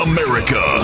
America